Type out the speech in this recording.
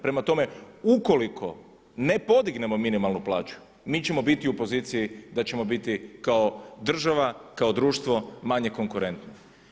Prema tome, ukoliko ne podignemo minimalnu plaću, mi ćemo biti u poziciji da ćemo biti kao država, kao društvo manje konkurentno.